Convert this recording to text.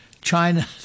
china